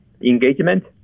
engagement